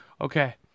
Okay